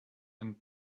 and